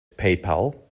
paypal